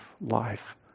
life